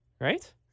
Right